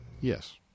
Yes